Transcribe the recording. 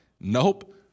Nope